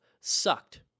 sucked